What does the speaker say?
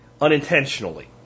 unintentionally